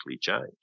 change